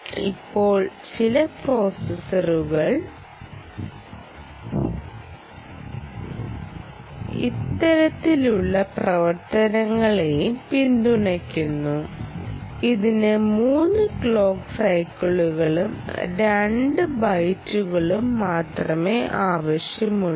ഇപ്പോൾ ചില പ്രോസസ്സറുകൾ ഇത്തരത്തിലുള്ള പ്രവർത്തനങ്ങളെയും പിന്തുണയ്ക്കുന്നു ഇതിന് 3 ക്ലോക്ക് സൈക്കിളുകളും 2 ബൈറ്റുകളും മാത്രമേ ആവശ്യമുള്ളൂ